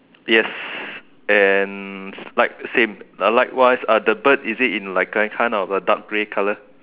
yes and slide same likewise are the bird is it in like kind of a dark grey colour